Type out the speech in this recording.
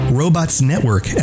robotsnetwork